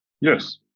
Yes